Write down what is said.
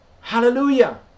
Hallelujah